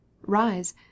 rise